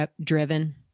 driven